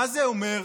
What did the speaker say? מה זה אומר?